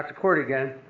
ah kort again.